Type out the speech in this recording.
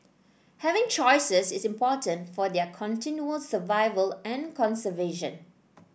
having choices is important for their continual survival and conservation